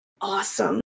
awesome